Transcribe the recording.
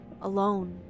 alone